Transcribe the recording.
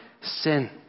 sin